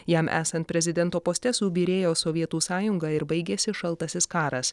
jam esant prezidento poste subyrėjo sovietų sąjunga ir baigėsi šaltasis karas